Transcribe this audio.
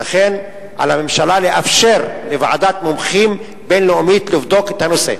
ולכן על הממשלה לאפשר לוועדת מומחים בין-לאומית לבדוק את הנושא.